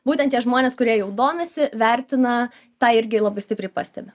būtent tie žmonės kurie jau domisi vertina tą irgi labai stipriai pastebi